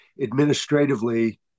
administratively